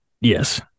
Yes